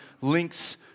links